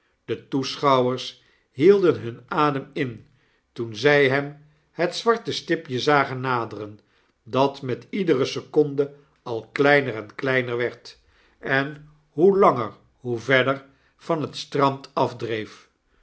de toeschouwers hielden hun adem in toen zy hem het zwarte stipje zagen naderen dat met iedere seconde al kleiner enkleiner werd en hoe langer hoe verder van het strand afdreef